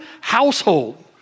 household